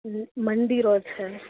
મંડી road છે